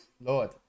Lord